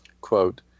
Quote